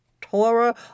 Torah